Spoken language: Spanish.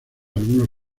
algunos